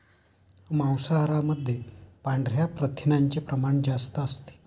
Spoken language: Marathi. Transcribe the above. मांसाहारामध्ये पांढऱ्या प्रथिनांचे प्रमाण जास्त असते